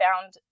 found